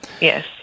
yes